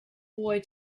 boy